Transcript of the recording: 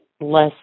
less